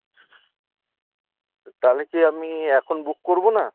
তাহলে কি আমি এখন বুক করবো না